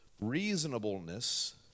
reasonableness